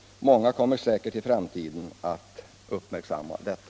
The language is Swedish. Många kommer säkert i framtiden att upptäcka detta.